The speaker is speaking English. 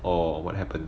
or what happened